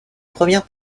première